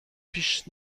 پیش